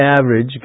average